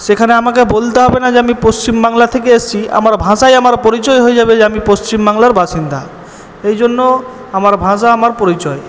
সেখানে আমাকে বলতে হবে না যে আমি পশ্চিমবাংলা থেকে এসছি আমার ভাষাই আমার পরিচয় হয়ে যাবে যে আমি পশ্চিমবাংলার বাসিন্দা এই জন্য আমার ভাষা আমার পরিচয়